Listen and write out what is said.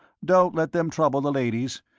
don't let them trouble the ladies.